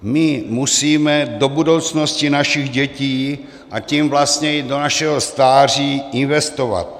My musíme do budoucnosti našich dětí, a tím vlastně i do našeho stáří investovat.